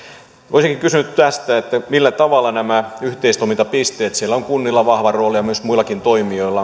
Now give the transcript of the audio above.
olisinkin kysynyt tästä onko nämä yhteistoimintapisteet siellä on kunnilla vahva rooli ja myös muilla toimijoilla